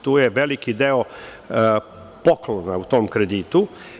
Tu je veliki deo poklona u tom kreditu.